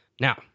Now